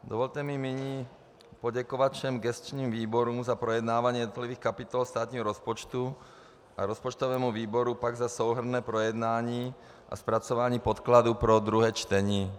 Dovolte mi nyní poděkovat všem gesčním výborům za projednávání jednotlivých kapitol státního rozpočtu a rozpočtovému výboru pak za souhrnné projednání a zpracování podkladů pro druhé čtení.